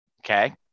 Okay